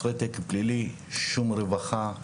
אחרי תיק פלילי שום רווחה,